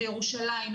וירושלים.